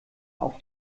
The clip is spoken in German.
auf